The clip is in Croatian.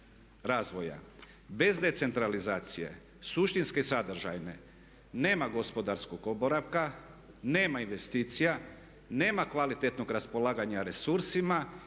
Bez decentralizacije suštinske i sadržajne nema gospodarskog oporavka, nema investicija, nema kvalitetnog raspolaganja resursima